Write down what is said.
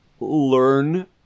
learn